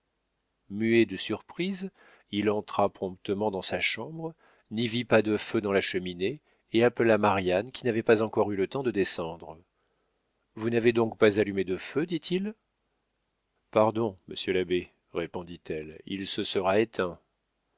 muet de surprise il entra promptement dans sa chambre n'y vit pas de feu dans la cheminée et appela marianne qui n'avait pas encore eu le temps de descendre vous n'avez donc pas allumé de feu dit-il pardon monsieur l'abbé répondit-elle il se sera éteint